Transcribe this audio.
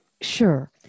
Sure